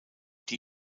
die